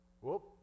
Whoop